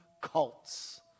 cults